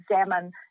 examine